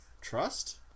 Trust